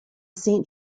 saint